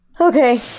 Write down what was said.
okay